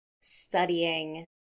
studying